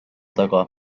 taga